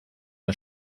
der